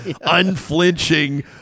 unflinching